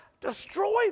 destroy